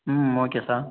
ம் okay sir